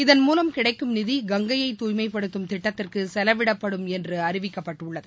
இதன் மூலம் கிடைக்கும் நிதி கங்கையை தூய்மைப்படுத்தும் திட்டத்திற்கு செலவிடப்படும் என்று அறிவிக்கப்பட்டுள்ளது